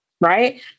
Right